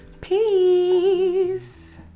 Peace